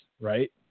right